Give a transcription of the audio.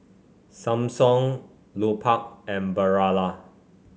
Samsung Lupark and Barilla